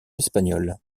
espagnol